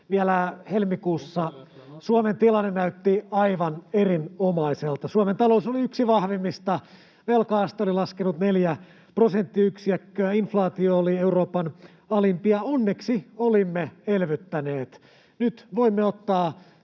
Vielä helmikuussa Suomen tilanne näytti aivan erinomaiselta. Suomen talous oli yksi vahvimmista, velka-aste oli laskenut neljä prosenttiyksikköä, inflaatio oli Euroopan alimpia. Onneksi olimme elvyttäneet.